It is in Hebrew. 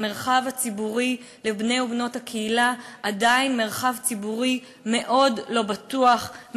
המרחב הציבורי לבני ובנות הקהילה הוא עדיין מרחב ציבורי מאוד לא בטוח,